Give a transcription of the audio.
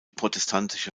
protestantische